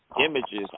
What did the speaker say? images